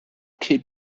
kid